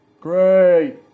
Great